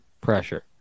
pressure